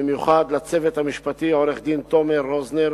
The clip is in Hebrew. במיוחד לצוות המשפטי, עורך-דין תומר רוזנר